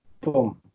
boom